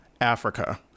africa